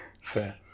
fair